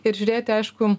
ir žiūrėti aišku